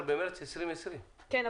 12 במרץ 2020. כן,